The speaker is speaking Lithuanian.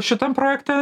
šitam projekte